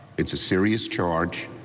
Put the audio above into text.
it's a serious charge.